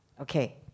okay